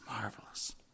marvelous